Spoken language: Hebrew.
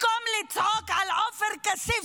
במקום לצעוק על עופר כסיף,